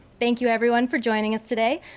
thank you everyone for joining us today.